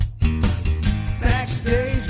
Backstage